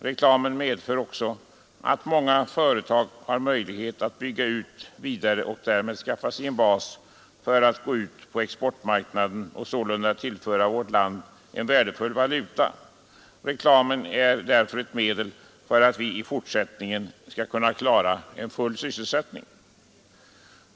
Reklamen medför också att många företag har möjlighet att bygga ut och därmed skaffa sig en bas för att gå ut på exportmarknaden och sålunda tillföra vårt land värdefull valuta. Reklamen är därför ett medel för att i fortsättningen klara full sysselsättning.